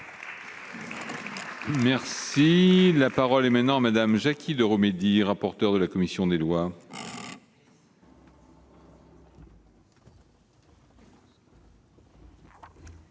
Merci, la parole est maintenant madame Jacky Deromedi, rapporteur de la commission des lois.